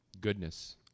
Goodness